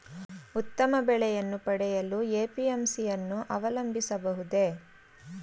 ಉತ್ತಮ ಬೆಲೆಯನ್ನು ಪಡೆಯಲು ಎ.ಪಿ.ಎಂ.ಸಿ ಯನ್ನು ಅವಲಂಬಿಸಬಹುದೇ?